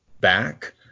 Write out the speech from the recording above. back